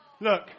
Look